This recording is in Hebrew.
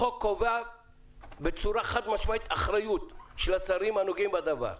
החוק קובע בצורה חד-משמעית אחריות של השרים הנוגעים בדבר,